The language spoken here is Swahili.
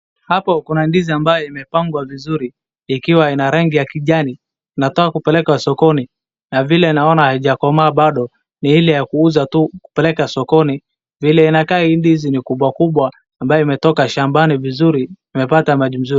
Hapo kuna ndizi ambayo imepangwa vizuri ikiwa ina rangi ya kijani. Inataka kupelekwa sokoni. Na vile naona hayajakomaabado ni ile ya kuuza tu ya kupeleka sokoni. Vile inakaa hii ndizi ni kubwa kubwa ambaye imetoka shambani vizuri imepata maji mzuri.